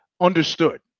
Understood